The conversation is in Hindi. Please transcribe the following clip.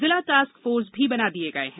जिला टास्क फोर्स भी बना दिए गए हैं